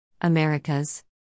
Americas